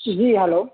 جی hello